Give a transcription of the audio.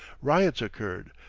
riots occurred,